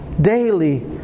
daily